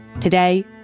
Today